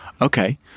Okay